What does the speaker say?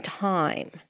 time